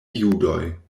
judoj